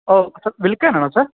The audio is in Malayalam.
ഓ സർ വിൽക്കാനാണോ സർ